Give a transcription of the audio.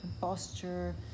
posture